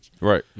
Right